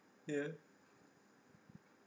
ya